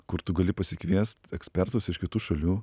kur tu gali pasikviest ekspertus iš kitų šalių